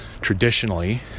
traditionally